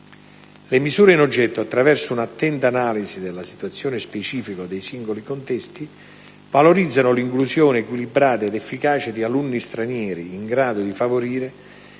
Le misure in oggetto, attraverso una attenta analisi della situazione specifica dei singoli contesti, valorizzano l'inclusione equilibrata ed efficace di alunni stranieri, in grado di favorire